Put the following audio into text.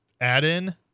add-in